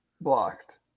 Blocked